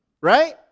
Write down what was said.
right